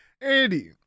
Andy